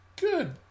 Good